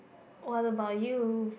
what about you